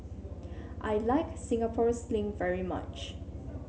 I Like Singapore Sling very much